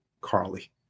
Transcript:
carly